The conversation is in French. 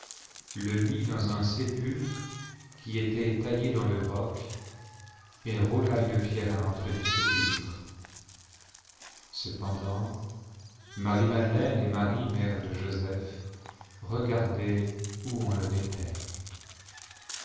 le mit dans un sépulcre qui était taillé dans le roc et roula une pierre à l'entrée du sépulcre cependant marie madelaine et marie mère de joseph regardaient où on le mettait